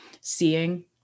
seeing